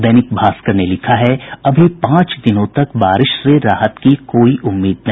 दैनिक भास्कर ने लिखा है अभी पांच दिनों तक बारिश से राहत की कोई उम्मीद नहीं